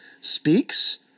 speaks